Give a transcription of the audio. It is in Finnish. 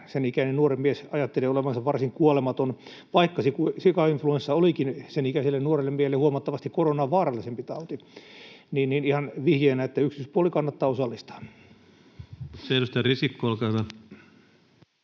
Sen ikäinen nuori mies ajattelee olevansa varsin kuolematon, vaikka se sikainfluenssa olikin sen ikäiselle nuorelle miehelle huomattavasti koronaa vaarallisempi tauti. Ihan vihjeenä, että yksityispuoli kannattaa osallistaa. Mikrofoni päälle.